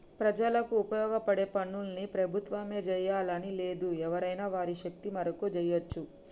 ప్రజలకు ఉపయోగపడే పనుల్ని ప్రభుత్వమే జెయ్యాలని లేదు ఎవరైనా వారి శక్తి మేరకు జెయ్యచ్చు